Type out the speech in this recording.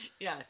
Yes